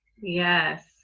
Yes